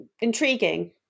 intriguing